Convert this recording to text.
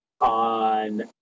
on